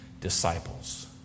disciples